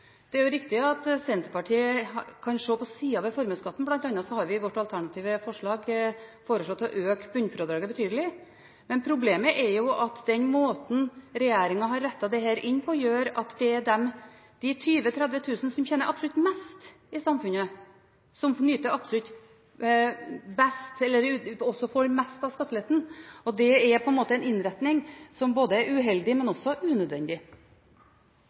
problemet er jo at den måten regjeringen har innrettet dette på, gjør at det er de 20 000–30 000 som tjener absolutt mest i samfunnet, som også får mest av skatteletten. Det er på en måte en innretning som er både uheldig og også unødvendig.